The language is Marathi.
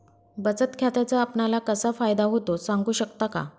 बचत खात्याचा आपणाला कसा फायदा होतो? सांगू शकता का?